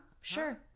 Sure